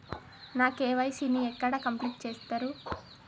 నా కే.వై.సీ ని ఎక్కడ కంప్లీట్ చేస్తరు?